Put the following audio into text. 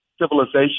civilization